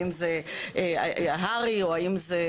האם זה הר"י או "מרשם".